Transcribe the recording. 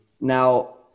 Now